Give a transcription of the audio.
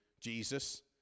Jesus